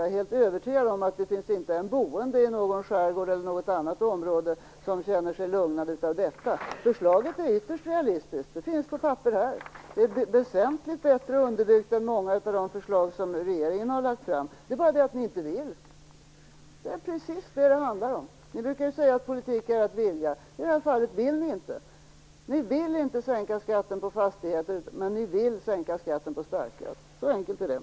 Jag är helt övertygad om att det inte finns en enda boende i någon skärgård eller något annat område som känner sig lugnad av detta. Förslaget är ytterst realistiskt. Det finns på papper här. Det är väsentligt bättre underbyggt än många av de förslag som regeringen har lagt fram. Det är bara det att Socialdemokraterna inte vill. Det är precis vad det handlar om. Socialdemokraterna brukar säga att politik är att vilja, men i det här fallet vill de inte. De vill inte sänka skatten på fastigheter, men de vill sänka skatten på starköl. Så enkelt är det.